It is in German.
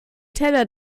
teller